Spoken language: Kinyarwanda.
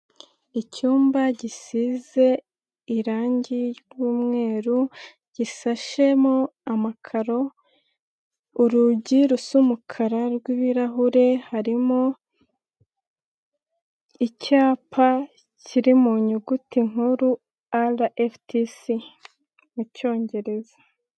Icyumba gisize irangi ry'umweru, gisashemo amakaro, urugi rusa umukara rw'ibirahure, harimo icyapa kiri mu nyuguti nkuru R.F.T.C mu cyongereza.